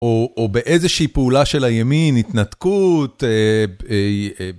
או באיזושהי פעולה של הימין, התנתקות.